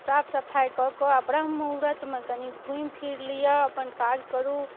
साफ सफाइकऽ कऽ आओर ब्रह्म मुहूर्तमे कनी घूमि फिर लिअ अपन काज करू